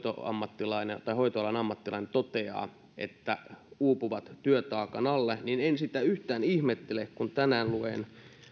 hoitoalan ammattilainen toteaa että he uupuvat työtaakan alle niin en sitä yhtään ihmettele kun tänään luin